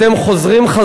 אתם חוזרים.